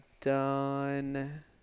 done